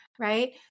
right